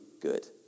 good